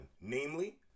namely